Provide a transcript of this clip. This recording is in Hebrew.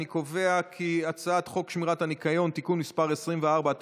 אני קובע כי הצעת חוק שמירת הניקיון (תיקון מס' 24),